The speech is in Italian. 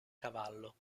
cavallo